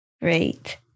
great